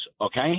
okay